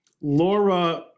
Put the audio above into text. Laura